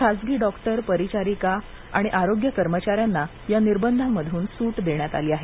खाजगी डॉक्टर परिचारिका आणि आरोग्य कर्मचाऱ्यांना या निर्बधांमधून सूट देण्यात आली आहे